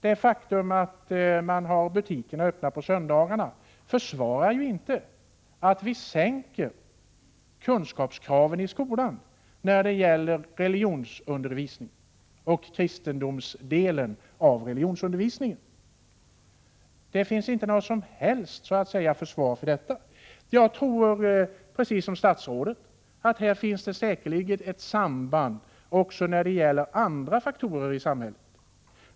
Det faktum att butikerna är öppna på söndagarna försvarar inte att vi sänker kunskapskraven i skolan när det gäller religionsundervisningen och kristendomsdelen av religionsundervisningen. Det finns inte något som helst försvar för detta. Jag tror precis som statsrådet att det säkerligen finns ett samband också med andra faktorer i samhället.